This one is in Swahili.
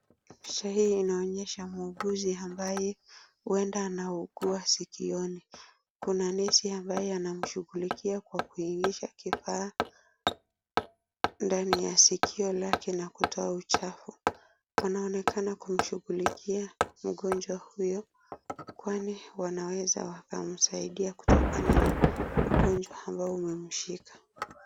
Picha hii inaonyesha muuguzi ambaye hueda anaugua sikioni. Kuna nesi ambaye anamshughulikia kwa kuingisha kifaa ndani ya sikio lake na kutoa uchafu. Wanaonekana kumshughulikia mgonjwa huyu kwani wanaweza wakamsaidia kutokana na ugonjwa ambao umemshika.